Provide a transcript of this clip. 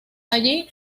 allí